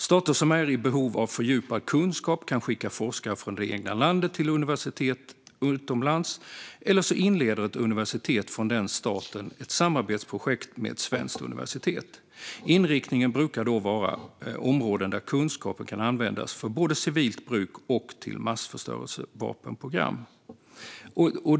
Stater som är i behov av fördjupad kunskap kan skicka forskare från det egna landet till universitet utomlands eller så inleder ett universitet från den staten ett samarbetsprojekt med ett svenskt universitet. Såväl inriktning på forskning som projekt brukar då handla om områden där kunskapen kan användas såväl för civilt bruk som till massförstörelsevapenprogram."